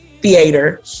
theater